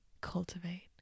cultivate